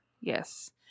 Yes